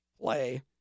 play